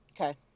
Okay